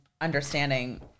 understanding-